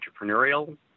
entrepreneurial